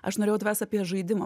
aš norėjau tavęs apie žaidimą